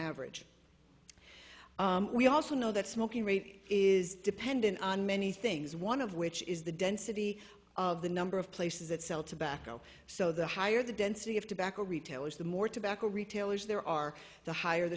average we also know that smoking rate is dependent on many things one of which is the density of the number of places that sell tobacco so the higher the density of tobacco retailers the more tobacco retailers there are the higher